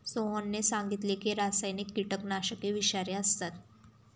सोहनने सांगितले की रासायनिक कीटकनाशके विषारी असतात